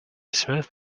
smooth